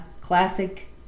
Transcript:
classic